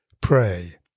Pray